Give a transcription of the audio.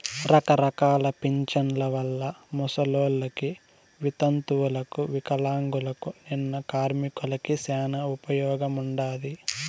రకరకాల పింఛన్ల వల్ల ముసలోళ్ళకి, వితంతువులకు వికలాంగులకు, నిన్న కార్మికులకి శానా ఉపయోగముండాది